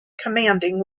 commanding